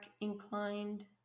inclined